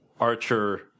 Archer